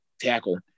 Tackle